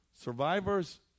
Survivors